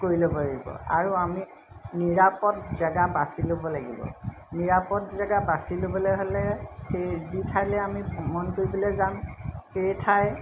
কৰি ল'ব লাগিব আৰু আমি নিৰাপদ জেগা বাছি ল'ব লাগিব নিৰাপদ জেগা বাছি ল'বলৈ হ'লে সেই যি ঠাইলৈ আমি ভ্ৰমণ কৰিবলৈ যাম সেই ঠাই